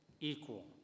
equal